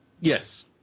Yes